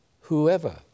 whoever